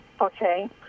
Okay